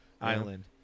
island